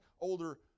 older